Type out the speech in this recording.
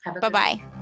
Bye-bye